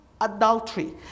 adultery